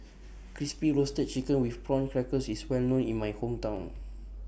Crispy Roasted Chicken with Prawn Crackers IS Well known in My Hometown